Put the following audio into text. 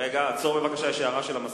רגע, עצור בבקשה, יש הערה של המזכירות.